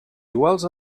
iguals